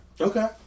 Okay